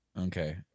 okay